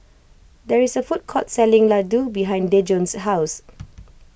there is a food court selling Ladoo behind Dejon's house